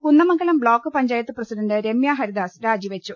Kunnamangalam block panchayat president Ramya Haridas രാജിവെച്ചു